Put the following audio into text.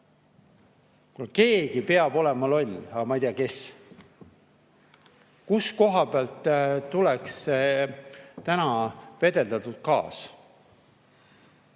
Keegi peab olema loll, aga ma ei tea, kes. Kust koha pealt tuleks täna [veeldatud] gaas?